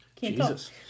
Jesus